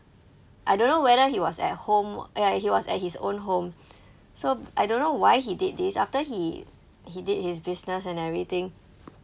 I don't know whether he was at home ya he was at his own home so I don't know why he did this after he he did his business and everything